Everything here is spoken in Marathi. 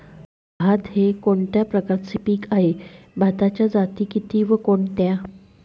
भात हे कोणत्या प्रकारचे पीक आहे? भाताच्या जाती किती व कोणत्या?